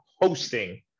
hosting